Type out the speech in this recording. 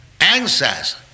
anxious